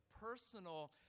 personal